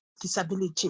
disability